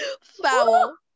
foul